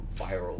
viral